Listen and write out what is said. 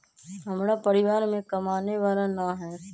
हमरा परिवार में कमाने वाला ना है?